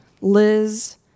liz